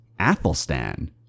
Athelstan